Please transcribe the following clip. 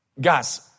Guys